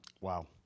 Wow